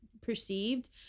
perceived